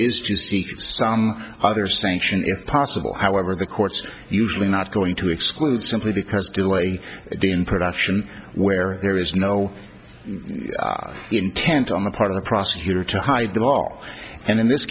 seek some other sanction if possible however the court's usually not going to exclude simply because delay in production where there is no intent on the part of the prosecutor to hide the ball and in this